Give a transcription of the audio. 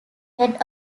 head